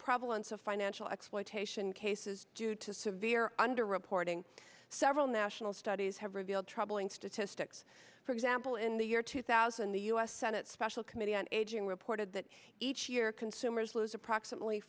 province of financial exploitation cases due to severe under reporting several national studies have revealed troubling statistics for example in the year two thousand the us senate special committee on aging reported that each year consumers lose approximately